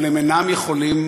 אבל הם אינם יכולים,